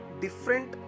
different